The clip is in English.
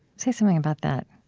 say something about that